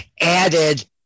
added